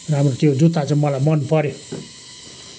अब त्यो जुत्ता चाहिँ मलाई मनपऱ्यो